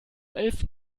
elften